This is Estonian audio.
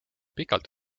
pikalt